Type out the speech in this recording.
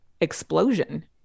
explosion